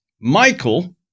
Michael